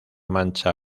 mancha